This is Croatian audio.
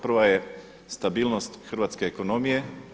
Prva je stabilnost hrvatske ekonomije.